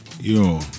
yo